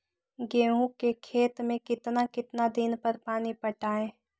गेंहू के खेत मे कितना कितना दिन पर पानी पटाये?